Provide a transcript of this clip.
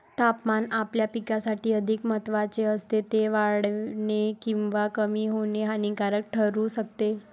तापमान आपल्या पिकासाठी अधिक महत्त्वाचे असते, ते वाढणे किंवा कमी होणे हानिकारक ठरू शकते